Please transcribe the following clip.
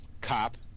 cop